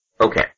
Okay